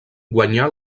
guanyà